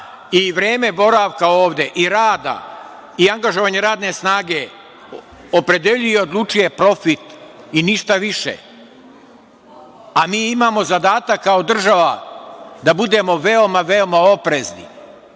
i vreme boravka ovde i rada, i angažovanje radne snage opredeljuje i odlučuje profit i ništa više. a mi imamo zadatak kao država da budemo veoma oprezni. Jel